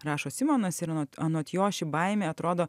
rašo simonas ir anot anot jo ši baimė atrodo